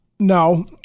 No